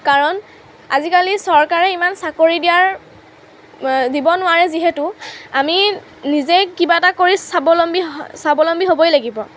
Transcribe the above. কাৰণ আজিকালি চৰকাৰে ইমান চাকৰি দিয়াৰ দিব নোৱাৰে যিহেতু আমি নিজেই কিবা এটা কৰি স্বাৱলম্বী হ স্বাৱলম্বী হ'বই লাগিব